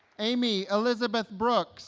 amy elizabeth brooks